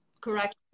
Correct